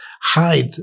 hide